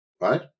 Right